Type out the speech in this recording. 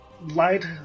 light